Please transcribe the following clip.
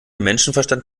menschenverstand